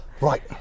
Right